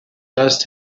dust